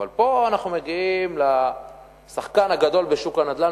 אבל פה אנחנו מגיעים לשחקן הגדול בשוק הנדל"ן,